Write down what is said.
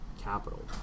capital